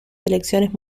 selecciones